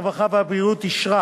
הרווחה והבריאות אישרה